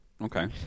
Okay